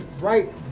right